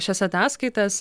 šias ataskaitas